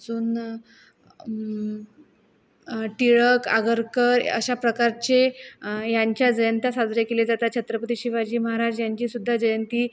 अजून टिळक आगरकर अशा प्रकारचे यांच्या जयंंत्या साजरे केले जातात छत्रपती शिवाजी महाराज यांचीसुद्धा जयंती